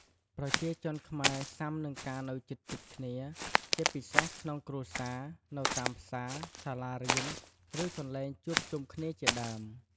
ប្រជាជនខ្មែរសុាំនឹងការនៅជិតៗគ្នា ជាពិសេសក្នុងគ្រួសារ នៅតាមផ្សារ សាលារៀន ឬ កន្លែងជួបជុំគ្នាជាដើម។